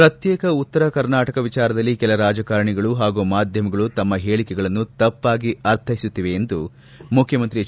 ಪ್ರತ್ಯೇಕ ಉತ್ತರ ಕರ್ನಾಟಕ ವಿಚಾರದಲ್ಲಿ ಕೆಲ ರಾಜಕಾರಣಿಗಳು ಹಾಗೂ ಮಾಧ್ಯಮಗಳು ತಮ್ಮ ಹೇಳಿಕೆಯನ್ನು ತಪ್ಪಾಗಿ ಅರ್ಥೈಸುತ್ತಿವೆ ಎಂದು ಮುಖ್ಯಮಂತ್ರಿ ಎಚ್